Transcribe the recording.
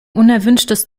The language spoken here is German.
unerwünschtes